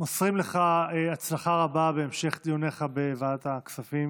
מוסרים לך הצלחה רבה בהמשך דיוניך בוועדת הכספים